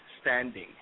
standing